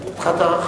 ואחריו,